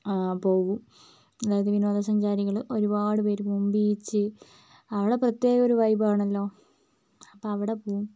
പോകും അതായത് വിനോദസഞ്ചാരികള് ഒരുപാട് പേര് പോകും ബീച്ച് അവിടെ പ്രത്യേക ഒരു വൈബ് ആണല്ലോ അപ്പോൾ അവിടെ പോവും